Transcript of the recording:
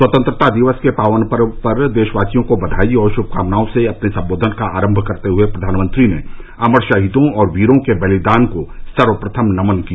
स्वतंत्रता दिवस के पावन पर्व पर देशवासियों को बधाई और श्भकामनाओं से अपने सम्बोधन का आरम्भ करते हुए प्रधानमंत्री ने अमर शहीदों और वीरो के बलिदान को सर्वप्रथम नमन किया